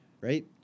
right